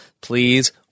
Please